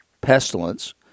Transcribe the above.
pestilence